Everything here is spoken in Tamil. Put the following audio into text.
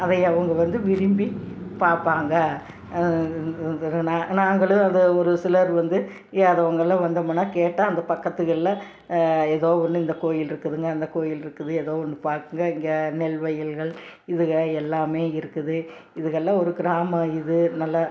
அதையை அவங்க வந்து விரும்பி பார்ப்பாங்க நா நாங்களும் அதை ஒருசிலர் வந்து தெரியாதவங்கள்லாம் வந்தம்னா கேட்டால் அந்த பக்கத்துகளில் எதோ ஒன்று இந்த கோவில் இருக்குதுங்க அந்த கோவில் இருக்குது எதோ ஒன்று பார்க்குங்க இங்கே நெல் வயல்கள் இதுக எல்லாம் இருக்குது இதுகள்லாம் ஒரு கிராமம் இது நல்ல